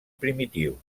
primitiu